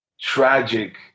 tragic